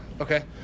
Okay